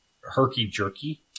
herky-jerky